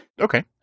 Okay